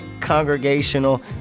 Congregational